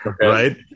Right